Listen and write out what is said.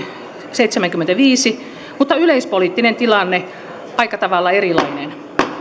seitsemänkymmentäviisi mutta yleispoliittinen tilanne aika tavalla erilainen